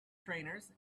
trainers